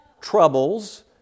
troubles